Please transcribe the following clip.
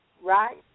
Right